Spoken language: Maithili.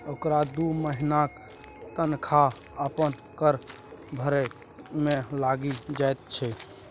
ओकरा दू महिनाक तनखा अपन कर भरय मे लागि जाइत छै